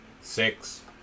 six